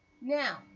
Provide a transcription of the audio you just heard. Now